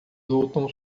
lutam